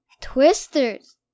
twisters